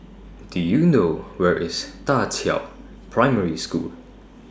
Do YOU know Where IS DA Qiao Primary School